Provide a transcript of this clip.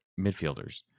midfielders